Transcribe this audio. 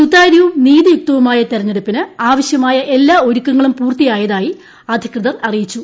സുതാര്യവും നീതിയുക്തവുമായ തെരഞ്ഞെടുപ്പിന് ആവശ്യമായ എല്ലാ ഒരുക്കങ്ങളും പൂർത്തിയായതായി അധികൃതർ അറിയിച്ചു